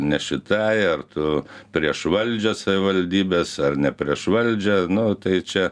ne šitai ar tu prieš valdžią savivaldybės ar ne prieš valdžią nu tai čia